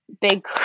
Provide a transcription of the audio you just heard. Big